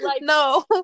no